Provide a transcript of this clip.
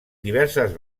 diverses